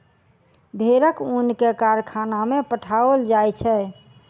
भेड़क ऊन के कारखाना में पठाओल जाइत छै